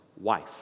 wife